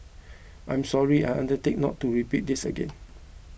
I'm sorry I undertake not to repeat this again